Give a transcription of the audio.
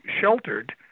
sheltered